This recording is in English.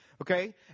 Okay